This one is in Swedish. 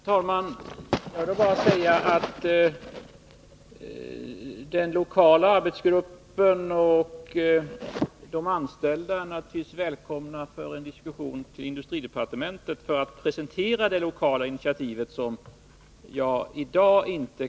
verkningen vid Herr talman! Den lokala arbetsgruppen och de anställda är naturligtvis Forsså Kraftbox välkomna till industridepartementet för att presentera det lokala alternati AB vet.